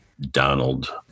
Donald